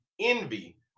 Envy